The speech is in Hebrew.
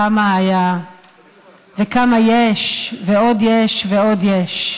כמה היה וכמה יש ועוד יש ועוד יש.